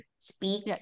speak